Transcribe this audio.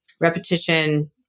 repetition